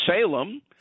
Salem